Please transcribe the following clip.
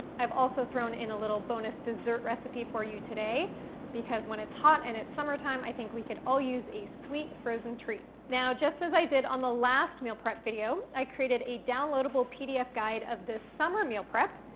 i've also thrown in a little bonus dessert recipe for you today because when it's hot and it's summertime, i think we could all use a sweet frozen treat. now, just as i did on the last meal prep video, i created a downloadable pdf guide of this summer meal prep,